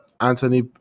Anthony